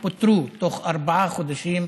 שפוטרו בתוך ארבעה חודשים,